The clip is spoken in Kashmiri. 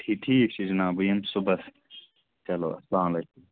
ٹھیٖک ٹھیٖک چھِ جِناب بہٕ یِمہٕ صُبحَس چلو اَسلامُ علیکُم